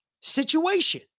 situation